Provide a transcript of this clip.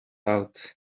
out